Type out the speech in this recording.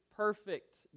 perfect